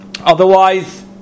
Otherwise